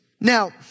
Now